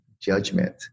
judgment